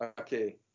okay